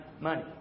Money